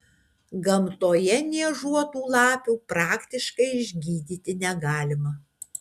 gamtoje niežuotų lapių praktiškai išgydyti negalima